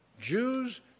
Jews